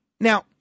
Now